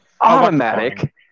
automatic